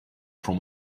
from